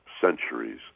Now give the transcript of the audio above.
centuries